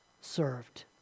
served